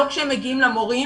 לא כשהם מגיעים למורים,